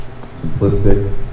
simplistic